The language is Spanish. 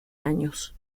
años